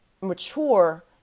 mature